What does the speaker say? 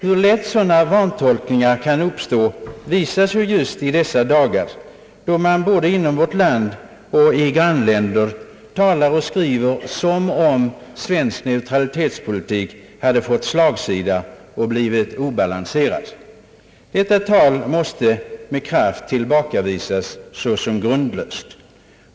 Hur lätt sådana vantolkningar kan uppstå visar sig just i dessa dagar då man både inom vårt land och i grannländer talar och skriver som om svensk neutralitetspolitik hade fått slagsida och blivit obalanserad. Detta tal måste med kraft tillbakavisas såsom grundlöst.